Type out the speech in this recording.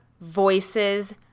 voices